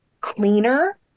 cleaner